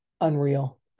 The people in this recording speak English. unreal